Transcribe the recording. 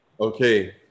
Okay